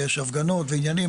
ויש הפגנות ועניינים,